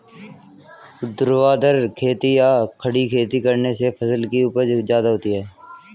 ऊर्ध्वाधर खेती या खड़ी खेती करने से फसल की उपज ज्यादा होती है